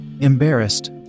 Embarrassed